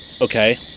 Okay